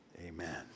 Amen